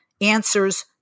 answers